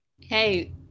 Hey